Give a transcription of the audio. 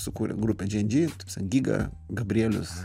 sukūrė grupę džy en džy giga gabrielius